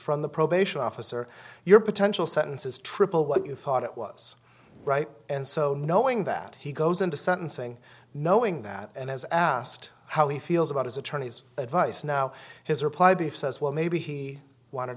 from the probation officer your potential sentence is triple what you thought it was right and so knowing that he goes into sentencing knowing that and has asked how he feels about his attorney's advice now his reply brief says well maybe he wanted